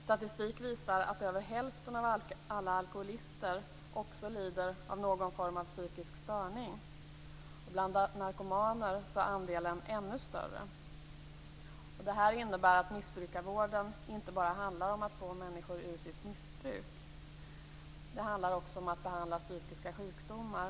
Statistik visar att över hälften av alla alkoholister också lider av någon form av psykisk störning. Bland narkomaner är andelen ännu större. Det här innebär att missbrukarvården inte bara handlar om att få människor ur sitt missbruk. Det handlar också om att behandla psykiska sjukdomar.